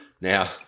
Now